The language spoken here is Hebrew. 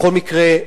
בכל מקרה,